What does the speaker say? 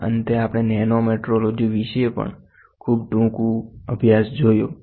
અને અંતે આપણે નેનોમેટ્રોલોજી વિશે પણ ખૂબ ટૂંકું જોયું